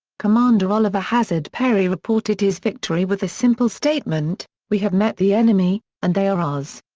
commander oliver hazard perry reported his victory with the simple statement, we have met the enemy, and they are ours.